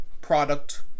product